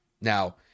Now